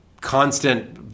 constant